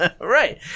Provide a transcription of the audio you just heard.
Right